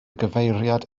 gyfeiriad